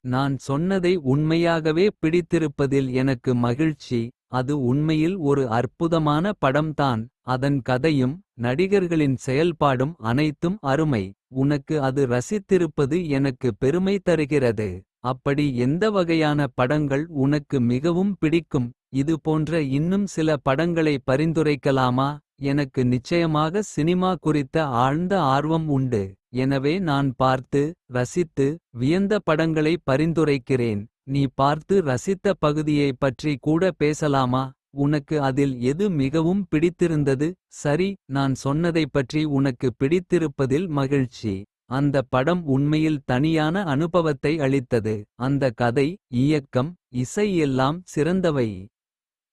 ஏன் என்ன விஷயம் நான் எப்போதும் உனக்கு உதவி. செய்ய தயாராகவே இருக்கிறேன் என்னால் முடிந்தால். உனக்கு சிறந்த ஆலோசனையை அளிக்கேன் இது உனக்கு. உணர்ச்சிகரமான விஷயமா அல்லது காரிகையாக இருந்தால். நான் அதைக் கவனித்து கவனமாக சொல்கிறேன். நீ என்னுடைய உதவியைத் தேவைப்படுவதைப் பார்த்து. அது எனக்கு முக்கியம் என்பதைக் கண்டேன். நீ எனக்கு முழுமையாக உணர்ந்துகொள்கிறாயா. அந்த விஷயம் என்ன என்று கூறு. நான் உனக்கு முழுமையாக ஆதரவு கொடுப்பேன். சொல்லப் போகும் விஷயத்தை நான் முழுமையாக. புரிந்துகொள்வதற்காக நீ என்னுடைய கருத்துக்களை. கேட்க விரும்புகிறாய் எனக்கு தெரியும் இது உனக்கு. முக்கியமானது அதனால் நாங்கள் இதை பற்றி சிந்திப்போம்.